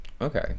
okay